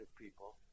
people